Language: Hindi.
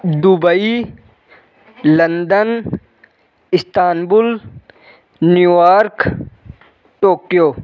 Dubai London Istanbul New York Tokyo